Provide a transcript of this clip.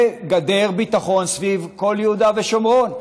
זה גדר ביטחון סביב כל יהודה ושומרון.